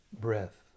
breath